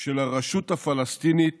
של הרשות הפלסטינית